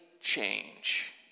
change